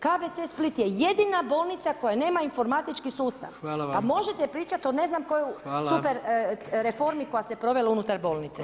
KBC Split je jedina bolnica koja nema informatički sustav [[Upadica predsjednik: Hvala Vam.]] Pa možete pričat o ne znam kojoj [[Upadica predsjednik: Hvala.]] super reformi koja se provela unutar bolnice.